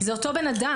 זה אותו בן אדם,